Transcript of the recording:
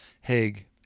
Haig